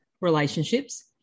relationships